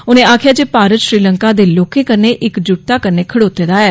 उनें आक्खेया जे भारत श्रीलंका दे लोकें कन्नै इक्क जुट कन्नै खड़ोते दा ऐ